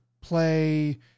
play